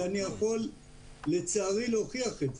ואני יכול לצערי להוכיח את זה.